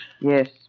Yes